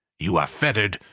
you are fettered,